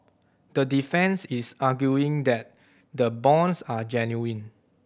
the defence is arguing that the bonds are genuine